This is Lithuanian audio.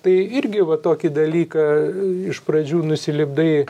tai irgi va tokį dalyką iš pradžių nusilipdai